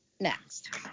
next